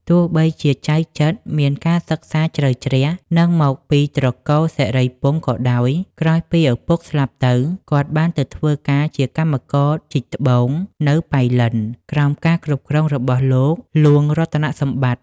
ទោះបីជាចៅចិត្រមានការសិក្សាជ្រៅជ្រះ និងមកពីត្រកូលសិរីពង្សក៏ដោយ ក្រោយពីឪពុកស្លាប់ទៅ គាត់បានទៅធ្វើការជាកម្មករជីកត្បូងនៅប៉ៃលិនក្រោមការគ្រប់គ្រងរបស់លោកហ្លួងរតនសម្បត្តិ។